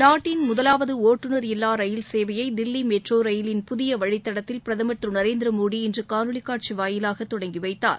நாட்டின் முதலாவது ஒட்டுநர் இல்லா ரயில் சேவையை தில்லி மெட்ரோ ரயிலின் புதிய வழித்தடத்தில் பிரதமர் திரு நரேந்திர மோடி இன்று காணொலி காட்சி வாயிலாக தொடங்கி வைத்தார்